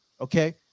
Okay